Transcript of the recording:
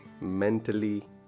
mentally